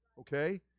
okay